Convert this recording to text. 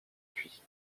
cuit